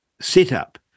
setup